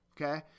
Okay